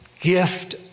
gift